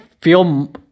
feel